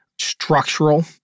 structural